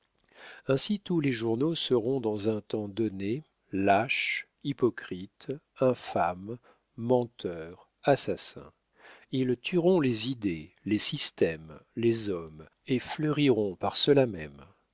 ainsi tous les journaux seront dans un temps donné lâches hypocrites infâmes menteurs assassins ils tueront les idées les systèmes les hommes et fleuriront par cela même